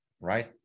right